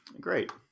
Great